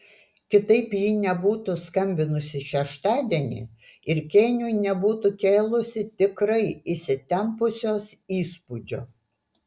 kitaip ji nebūtų skambinusi šeštadienį ir kėniui nebūtų kėlusi tikrai įsitempusios įspūdžio